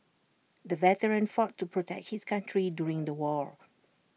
the veteran fought to protect his country during the war